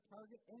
Target